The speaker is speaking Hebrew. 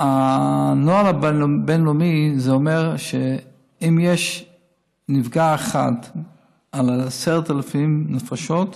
הנוהל הבין-לאומי אומר שאם יש נפגע אחד על 10,000 נפשות,